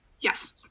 Yes